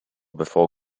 before